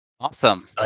Awesome